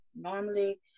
normally